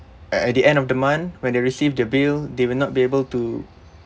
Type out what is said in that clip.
and at the end of the month when they receive their bill they will not be able to